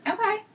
Okay